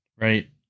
Right